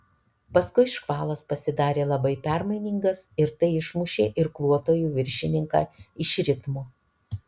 paskui škvalas pasidarė labai permainingas ir tai išmušė irkluotojų viršininką iš ritmo